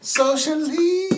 socially